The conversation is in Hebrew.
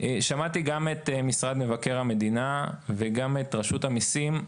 שמעתי גם את משרד מבקר המדינה וגם את רשות המיסים,